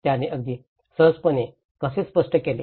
त्याने अगदी सहजपणे कसे स्पष्ट केले